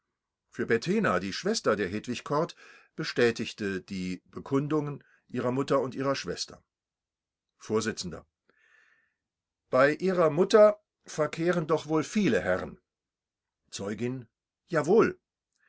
bettena die schwester der hedwig kort bestätigte die bekundungen ihrer mutter und ihrer schwester vors bei ihrer mutter verkehrten doch wohl viele herren zeugin jawohl